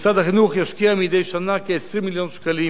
משרד החינוך ישקיע מדי שנה כ-20 מיליון שקלים